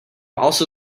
also